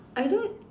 I don't